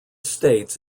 states